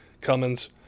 Cummins